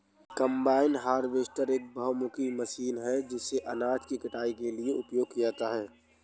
combine harvester एक बहुमुखी machine है जिसे अनाज की कटाई के लिए उपयोग किया जाता है